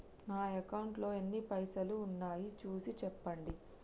నా అకౌంట్లో ఎన్ని పైసలు ఉన్నాయి చూసి చెప్పండి?